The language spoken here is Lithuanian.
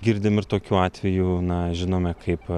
girdim ir tokiu atveju na žinome kaip